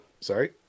sorry